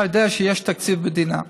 אתה יודע שיש תקציב מדינה.